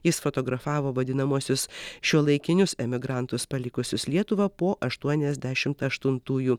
jis fotografavo vadinamuosius šiuolaikinius emigrantus palikusius lietuvą po aštuoniasdešimt aštuntųjų